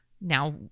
now